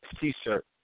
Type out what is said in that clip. T-shirt